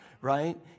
right